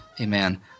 Amen